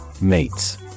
Mates